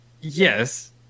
Yes